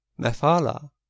Mephala